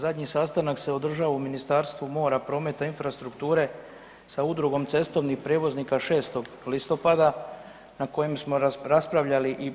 Zadnji sastanak se održao u Ministarstvu mora, prometa i infrastrukture sa Udrugom cestovnih prijevoznika 6. listopada na kojem smo raspravljali i,